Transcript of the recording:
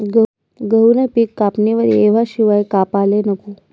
गहूनं पिक कापणीवर येवाशिवाय कापाले नको